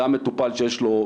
גם מטופל שיש לו,